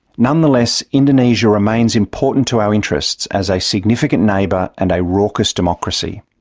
nonetheless indonesia remains important to our interests as a significant neighbour and a raucous democracy.